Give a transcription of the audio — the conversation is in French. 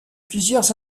plusieurs